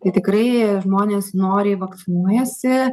kad tikrai žmonės noriai vakcinuojasi